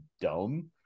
dumb